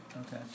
Okay